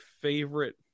favorite